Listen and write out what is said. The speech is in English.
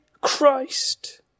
Christ